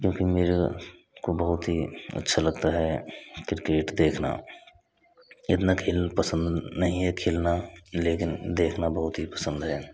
क्योकि मेरा को बहुत हीं अच्छा लगता है किरकेट देखना इतना खेल खेलना नहीं है पसंद देखना बहुत पसंद है